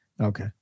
Okay